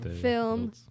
film